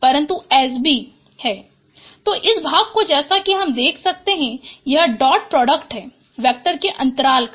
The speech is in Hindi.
परन्तु SB है तो इस भाग को जैसा कि हम देख सकते है यह डॉट प्रोडक्ट है वेक्टर के अन्तराल का